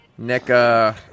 Neca